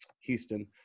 Houston